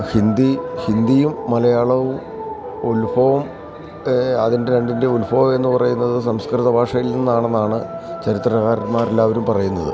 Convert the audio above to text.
ഹിന്ദി ഹിന്ദിയും മലയാളവും ഉൽഭവം അതിൻ്റെ രണ്ടിൻ്റെയും ഉൽഭവമെന്ന് പറയുന്നത് സംസ്കൃത ഭാഷയിൽ നിന്നാണെന്നാണ് ചരിത്രകാരന്മാരെല്ലാവരും പറയുന്നത്